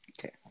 Okay